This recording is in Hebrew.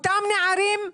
אותם נערים,